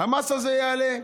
המס הזה יעלה,